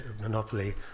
monopoly